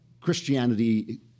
Christianity